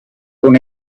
con